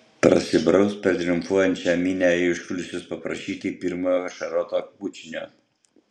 prasibraus per triumfuojančią minią į užkulisius paprašyti pirmojo ašaroto bučinio